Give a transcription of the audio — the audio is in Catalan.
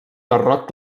barroc